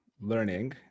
learning